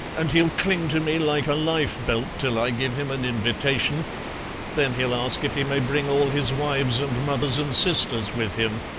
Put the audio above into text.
and he'll cling to me like a lifebelt till i give him an invitation then he'll ask if he may bring all his wives and mothers and sisters with him.